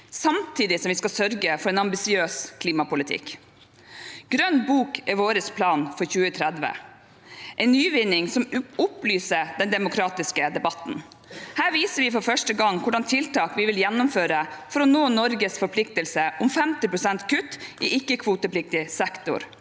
samtidig som vi skal sørge for en ambisiøs klimapolitikk. Grønn bok er vår plan for 2030, en nyvinning som opplyser den demokratiske debatten. Her viser vi for første gang hvilke tiltak vi vil gjennomføre for å nå Norges forpliktelser om 50 pst. kutt i ikke-kvotepliktig sektor.